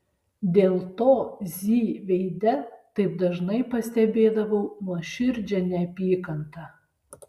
dėl to z veide taip dažnai pastebėdavau nuoširdžią neapykantą